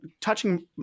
touching